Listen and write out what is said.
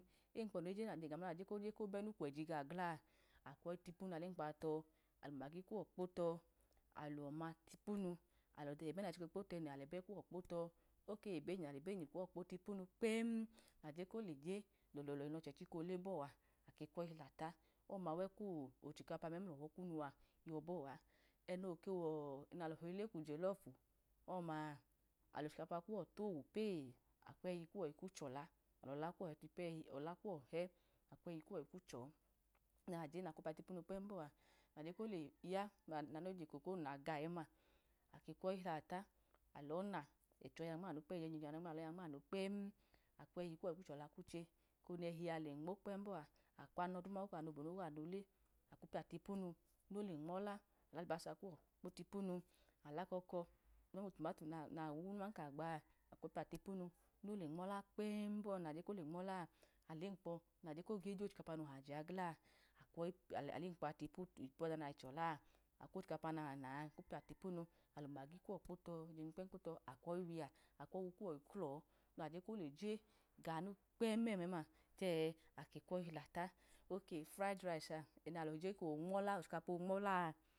Ẹga naje koye bẹnu kweji gaọ gla-alemkpọ a tọ alumayi kuwọ kpotọ, aloma tipunu, ẹbẹ nachka okpotọ ne alebe kuwọ kpotọ, oke wẹbẹ enyi alebenyi kuwọ kpotipenu kpẹm nje koleje lọlọhi nye kọhẹ chika ole bọa, akwọyi litata, ọma wekochikapu meml ọhọ kunua, yọbọ a. Ẹnoke wọ nalọ ke hi le kujelọfu ọma, alochikapa kuwọ towu pee, akwemkpọ kune iknu chọla, ola kuwọ itipa ehi, ola kuwọ iho akwu ẹhi chọ nge nachuleapa ilepo tipume kpọ bọa, ole ya neko ko na ga ẹma, okwọyi hilata alọna, ẹhọ duma ya nmanu alọ ya nmanu kpẹm, akwẹhi kuwọ ikwu chọla kwuchẹ nẹhi a lenmo kpẹm u bọa akwanọ inu oko wanọ obanu oko wanọ ole, akwu piya tipimu, ole nmọla alalibasa kuwọ lepo tipunu, alakeọuọ memluturiato nawu aman ka gbaa ipiya tipunu nole nmọla kpem bọa naje kọle nmọlaa, emukpọ naje koge jochileapa inohaje a gila alemkpọ a tipu ọda naji chọla, akewochikepa na naa akwọyi piya tipunu, alumagi kuwọ kepotọ lọda du kuwọ kepotọ, akwoyi wiya akwọwu kuwọ kulọ, naje koleje ganu kpẹm e̱ mẹma, chẹ ẹ aknọyi hilata. Oko wufurayi durayisia, oramọla, ochikapa onmọla a